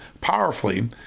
powerfully